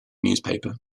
newspaper